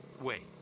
Wait